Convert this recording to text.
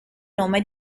nome